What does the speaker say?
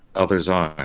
others aren't,